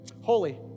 Holy